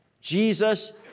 Jesus